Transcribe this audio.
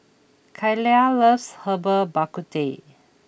Kaila loves Herbal Bak Ku Teh